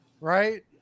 right